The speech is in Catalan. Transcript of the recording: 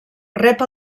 rep